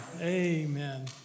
Amen